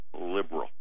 liberal